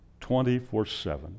24-7